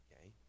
Okay